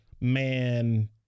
man